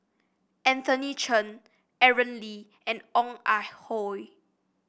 Anthony Chen Aaron Lee and Ong Ah Hoi